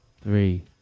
three